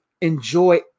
Enjoy